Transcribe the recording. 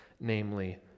namely